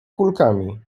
kulkami